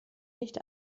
nicht